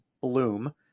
Bloom